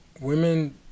women